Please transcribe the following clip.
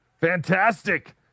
Fantastic